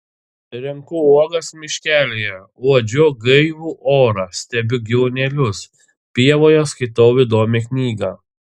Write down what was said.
renku uogas miškelyje uodžiu gaivų orą stebiu gyvūnėlius pievoje skaitau įdomią knygą